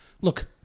Look